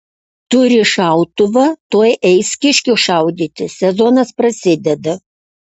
turi šautuvą tuoj eis kiškių šaudyti sezonas prasideda